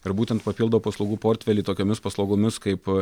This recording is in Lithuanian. ir būtent papildo paslaugų portfelį tokiomis paslaugomis kaip